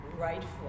rightful